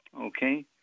Okay